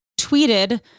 tweeted